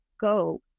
go